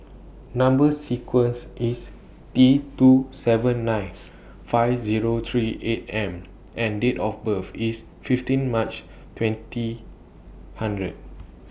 Number sequence IS T two seven nine five Zero three eight M and Date of birth IS fifteen March twenty hundred